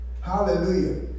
Hallelujah